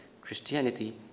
Christianity